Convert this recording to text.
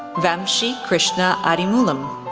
vamshi krishna adimulam,